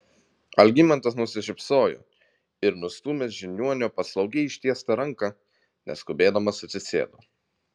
algimantas nusišypsojo ir nustūmęs žiniuonio paslaugiai ištiestą ranką neskubėdamas atsisėdo